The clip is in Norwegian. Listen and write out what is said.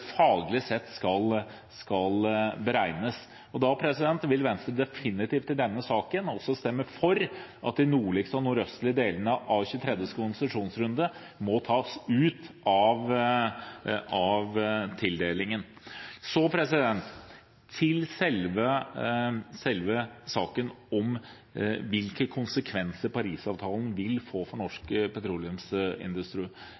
faglig sett skal beregnes. Og da vil Venstre i denne saken definitivt stemme for at de nordligste og de nordøstlige delene av 23. konsesjonsrunde må tas ut av tildelingen. Til selve saken om hvilke konsekvenser Paris-avtalen vil få for